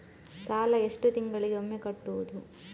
ಸಾಲ ಎಷ್ಟು ತಿಂಗಳಿಗೆ ಒಮ್ಮೆ ಕಟ್ಟುವುದು?